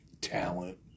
talent